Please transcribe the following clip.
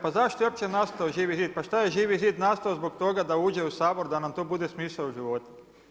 Pa zašto je uopće nastao Živi zid, pa šta je Živi zid nastao zbog toga da uđe u Sabor da nam to bude smisao života.